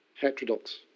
heterodox